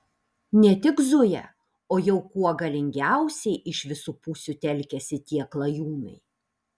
ne tik zuja o jau kuo galingiausiai iš visų pusių telkiasi tie klajūnai